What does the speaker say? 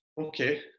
okay